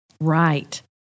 Right